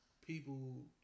people